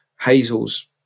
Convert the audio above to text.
Hazel's